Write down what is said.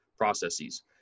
processes